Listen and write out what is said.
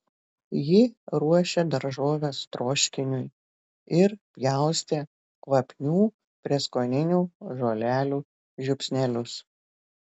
ji ruošė daržoves troškiniui ir pjaustė kvapnių prieskoninių žolelių žiupsnelius